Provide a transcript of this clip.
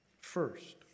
First